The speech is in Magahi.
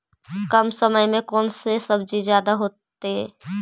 कम समय में कौन से सब्जी ज्यादा होतेई?